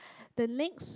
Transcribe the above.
the next